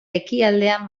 ekialdean